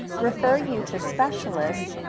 refer you to specialists,